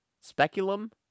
Speculum